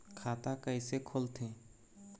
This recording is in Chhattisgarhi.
खाता कइसे खोलथें?